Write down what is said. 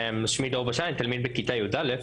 אני תלמיד בכיתה יא',